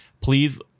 please